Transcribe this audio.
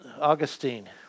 Augustine